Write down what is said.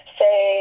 say